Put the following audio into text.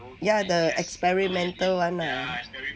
ya the experimental one ah